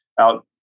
out